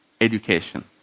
education